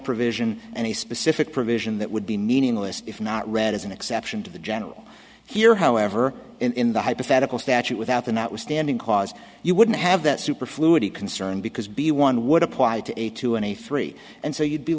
provision and a specific provision that would be meaningless if not read as an exception to the general here however in the hypothetical statute without the notwithstanding clause you wouldn't have that superfluity concern because b one would apply to a two and a three and so you'd be